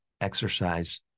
exercise